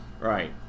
Right